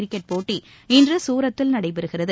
cricket போட்டி இன்று சூரத்தில் நடைபெறுகிறது